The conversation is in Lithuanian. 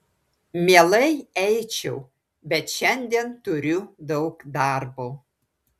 mielai eičiau bet šiandien turiu daug darbo